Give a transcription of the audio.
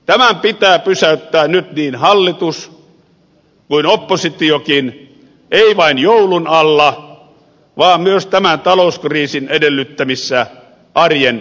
tämän pitää pysäyttää nyt niin hallitus kuin oppositiokin ei vain joulun alla vaan myös tämän talouskriisin edellyttämissä arjen ratkaisuissa